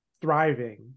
thriving